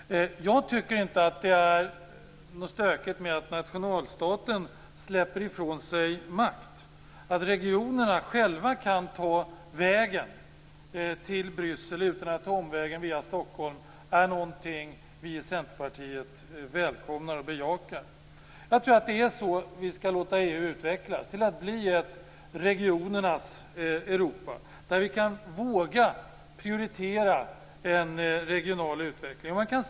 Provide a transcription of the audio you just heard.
Jag tycker inte att det är stökigt att nationalstaten släpper ifrån sig makt. Att regionerna själva kan ta vägen till Bryssel utan att ta omvägen via Stockholm är någonting som vi i Centerpartiet välkomnar och bejakar. Jag tror att det är så vi skall låta EU utvecklas. Då kan vi få ett regionernas Europa där vi kan våga prioritera en regional utveckling. Fru talman!